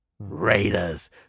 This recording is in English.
Raiders